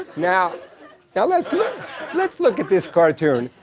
now now let's look let's look at this cartoon.